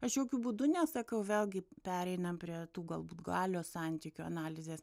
aš jokiu būdu nesakau vėlgi pereinam prie tų galbūt galios santykių analizės